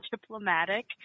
diplomatic